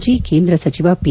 ಮಾಜಿ ಕೇಂದ್ರ ಸಚಿವ ಪಿ